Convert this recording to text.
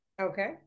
Okay